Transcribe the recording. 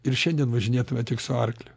ir šiandien važinėtume tik su arkliu